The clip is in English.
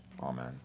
Amen